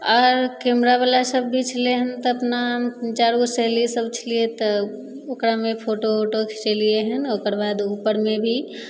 आओर कैमरावला सब भी छलै हँ तऽ अपना चारि गो सहेलीसभ छलिए तऽ ओकरामे फोटो उटो खिचेलिए हँ ओकरबाद उपरमे भी